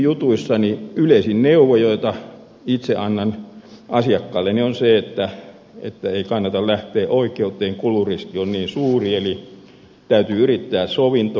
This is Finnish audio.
siviilijutuissa yleisin neuvo jota itse annan asiakkailleni on se että ei kannata lähteä oikeuteen kuluriski on niin suuri eli täytyy yrittää sovintoa